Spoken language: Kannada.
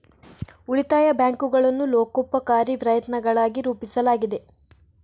ಉಳಿತಾಯ ಬ್ಯಾಂಕುಗಳನ್ನು ಲೋಕೋಪಕಾರಿ ಪ್ರಯತ್ನಗಳಾಗಿ ರೂಪಿಸಲಾಗಿದೆ